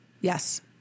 Yes